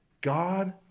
God